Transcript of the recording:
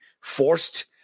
forced